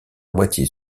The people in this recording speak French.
moitié